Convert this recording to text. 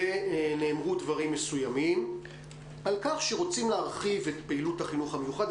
ונאמרו דברים מסוימים על כך שרוצים להרחיב את פעילות החינוך המיוחד.